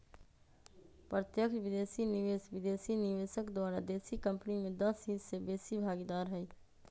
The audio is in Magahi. प्रत्यक्ष विदेशी निवेश विदेशी निवेशक द्वारा देशी कंपनी में दस हिस्स से बेशी भागीदार हइ